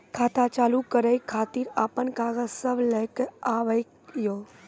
खाता चालू करै खातिर आपन कागज सब लै कऽ आबयोक?